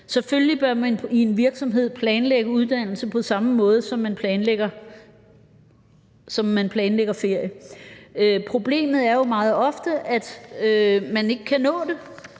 Selvfølgelig bør man i en virksomhed planlægge uddannelse på samme måde, som man planlægger ferie. Problemet er jo meget ofte, at man ikke kan nå det.